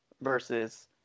versus